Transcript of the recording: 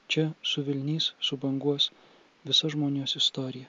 čia suvilnys subanguos visa žmonijos istorija